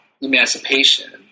emancipation